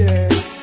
Yes